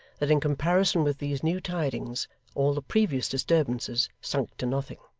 that in comparison with these new tidings all the previous disturbances sunk to nothing.